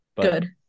good